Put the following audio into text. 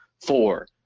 four